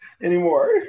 anymore